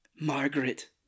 Margaret